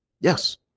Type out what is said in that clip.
yes